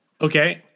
Okay